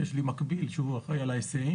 יש לי מקביל שהוא אחראי על ההיסעים,